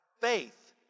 faith